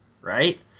right